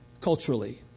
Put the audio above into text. culturally